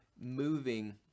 moving